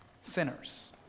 sinners